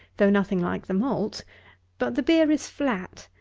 though nothing like the malt but the beer is flat,